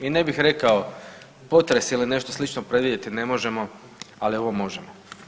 I ne bih rekao potres ili nešto slično predvidjeti ne možemo ali ovo možemo.